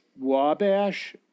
Wabash